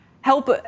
help